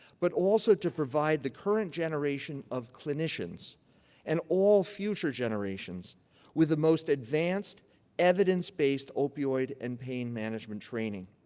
but also to provide the current generation of clinicians and all future generations with the most advanced evidence-based opioid and pain management training,